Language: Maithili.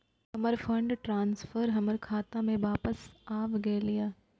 हमर फंड ट्रांसफर हमर खाता में वापस आब गेल या